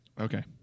Okay